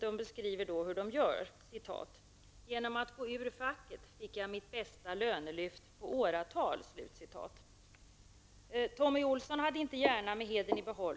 De beskriver hur de gör: Genom att gå ur facket fick jag mitt bästa lönelyft på åratal. Tommy Olsson hade inte gärna med hedern i behåll